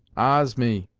ahs! me